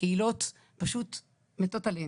הקהילות פשוט מתות עליהן.